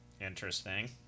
Interesting